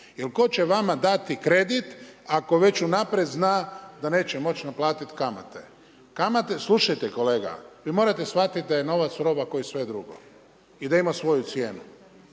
ko će vama dati kredit ako već unaprijed zna da neće moći naplatiti kamate? Slušajte, kolega. Vi morate shvatit da je novac roba ko i sve drugo. I da ima svoju cijenu.